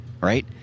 right